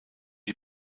die